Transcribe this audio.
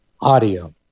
audio